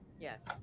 Yes